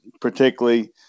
particularly